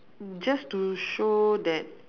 just to show that